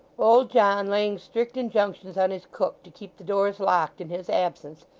old john, laying strict injunctions on his cook to keep the doors locked in his absence,